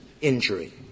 injury